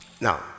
Now